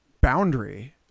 boundary